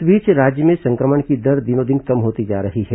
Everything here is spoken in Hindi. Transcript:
इस बीच राज्य में संक्रमण की दर दिनों दिन कम होती नजर आ रही है